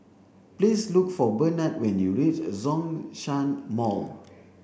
please look for Bernard when you reach Zhongshan Mall